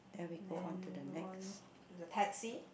then go on to the taxi